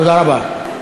תודה רבה.